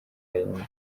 yindi